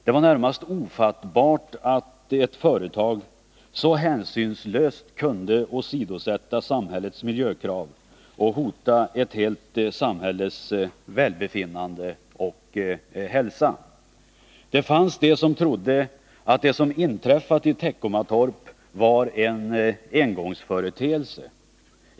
Det var närmast ofattbart att ett företag så hänsynslöst kunde åsidosätta samhällets miljökrav och hota ett helt samhälles välbefinnande och hälsa. Det fanns de som trodde att det som inträffat i Teckomatorp var en engångsföreteelse.